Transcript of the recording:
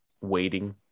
Waiting